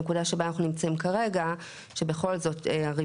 מקבלות חלף והיטל השבחה לצורך העניין.